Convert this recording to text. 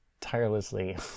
tirelessly